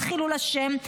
עשה חילול השם.